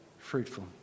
Fruitful